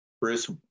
Bruce